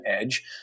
edge